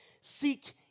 seek